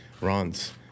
runs